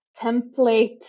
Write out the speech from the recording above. template